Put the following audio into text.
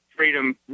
Freedom